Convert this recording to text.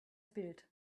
spilled